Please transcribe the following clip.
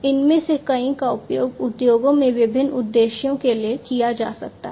इनमें से कई का उपयोग उद्योगों में विभिन्न उद्देश्यों के लिए किया जा सकता है